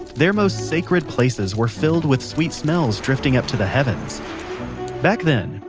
their most sacred places were filled with sweet smells drifting up to the heavens back then,